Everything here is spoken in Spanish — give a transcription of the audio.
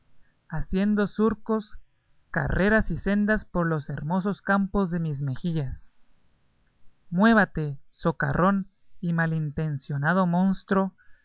haciendo surcos carreras y sendas por los hermosos campos de mis mejillas muévate socarrón y malintencionado monstro